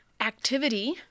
activity